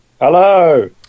Hello